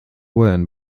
worn